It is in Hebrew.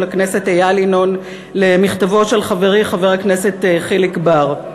הכנסת איל ינון על מכתבו של חברי חבר הכנסת חיליק בר.